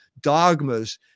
dogmas